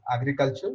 Agriculture